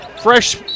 Fresh